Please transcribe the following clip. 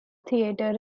theatre